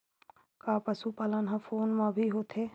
का पशुपालन ह फोन म भी होथे?